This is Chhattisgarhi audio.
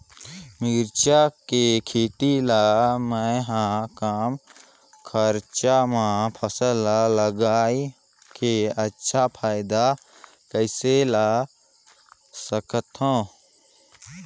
मिरचा के खेती ला मै ह कम खरचा मा फसल ला लगई के अच्छा फायदा कइसे ला सकथव?